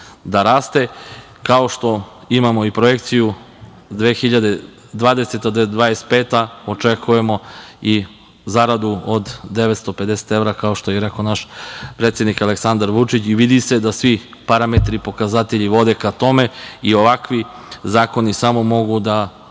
da raste, kao što imamo i projekciju 2020-2025. Očekujemo i zaradu od 950 evra, kao što je rekao naš predsednik Aleksandar Vučić. Vidi se da svi parametri i pokazatelji vode ka tome i ovakvi zakoni samo mogu da